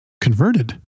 converted